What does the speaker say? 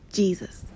Jesus